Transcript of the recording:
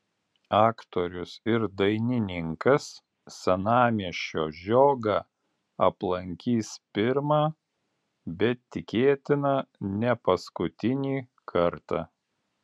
aktorius ir dainininkas senamiesčio žiogą aplankys pirmą bet tikėtina ne paskutinį kartą